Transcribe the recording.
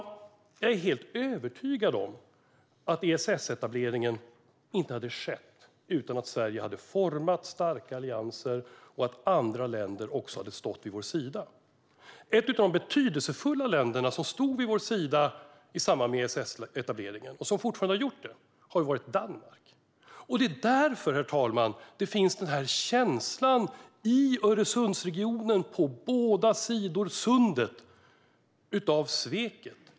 Jag är helt övertygad om att ESS-etableringen inte hade skett om inte Sverige hade format starka allianser och andra länder hade stått vid vår sida. Ett av de betydelsefulla länder som stod vid vår sida i samband med ESS-etableringen, och som har fortsatt att göra det, är Danmark. Det är därför, herr talman, som det i Öresundsregionen, på båda sidor av sundet, finns en känsla av svek.